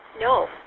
No